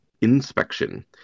inspection